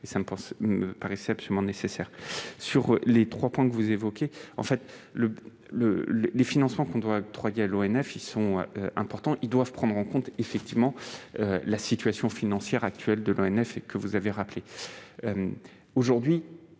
cela me paraissait absolument nécessaire. Sur les trois points que vous évoquez, les financements que nous devons octroyer à l'ONF sont importants et doivent prendre en compte, effectivement, la situation financière actuelle de l'Office, que vous avez rappelée. Il y a,